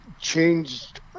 changed